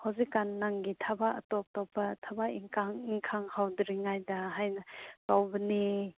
ꯍꯧꯖꯤꯛꯀꯥꯟ ꯅꯪꯒꯤ ꯊꯕꯛ ꯑꯇꯣꯞ ꯑꯇꯣꯞꯄ ꯊꯕꯛ ꯏꯟꯈꯥꯡ ꯍꯧꯗ꯭ꯔꯤꯉꯩꯗ ꯍꯥꯏꯅ ꯀꯧꯕꯅꯦ